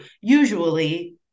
Usually